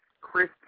Chris